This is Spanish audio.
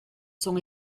son